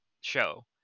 show